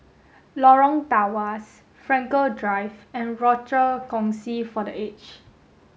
Lorong Tawas Frankel Drive and Rochor Kongsi for the Aged